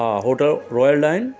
हा hotel royal dine